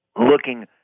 looking